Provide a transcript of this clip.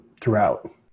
throughout